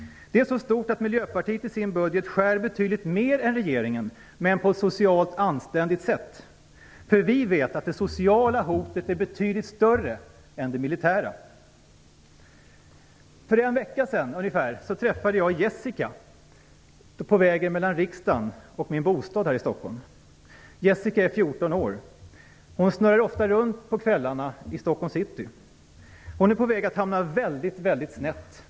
Det är så stort att Miljöpartiet i sin budget skär betydligt mer än regeringen, men på ett socialt anständigt sätt. Vi vet att det sociala hotet är betydligt större än det militära. För ungefär en vecka sedan träffade jag på vägen mellan riksdagen och min bostad här i Stockholm Jessica. Jessica är 14 år. Hon snurrar ofta runt på kvällarna i Stockholms city. Hon är på väg att hamna väldigt snett.